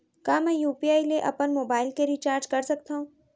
का मैं यू.पी.आई ले अपन मोबाइल के रिचार्ज कर सकथव?